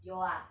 有啊:you ah